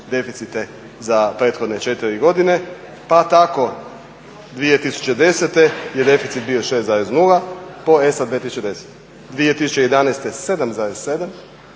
deficite za prethodne četiri godine. Pa tako 2010.je deficit bio 6,0 po ESA 2010., 2011. 7,7,